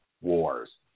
wars